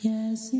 Yes